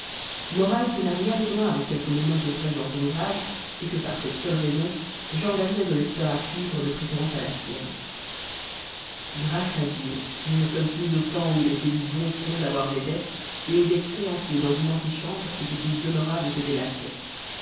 morale qui n'a rien de commun avec celle que prêche mon oncle dans son ouvrage et que par cette seule raison j'engagerai le lecteur a suivre de préférence a la sienne grâce à dieu nous ne sommes plus au temps où il était du bon ton d'avoir des dettes et où des créanciers dans une antichambre étaient plus honorables que des laquais